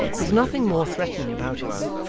with nothing more threatening about him,